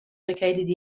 located